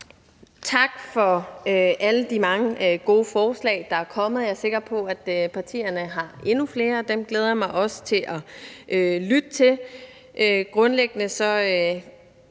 tak for alle de mange gode forslag, der er kommet. Jeg er sikker på, at partierne har endnu flere, og dem glæder jeg mig også til at lytte til.